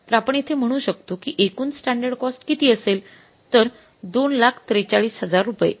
तर आपण येथे म्हणू शकतो कि एकूण स्टॅंडर्ड कॉस्ट किती असेल तर २४३००० रुपये